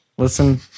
Listen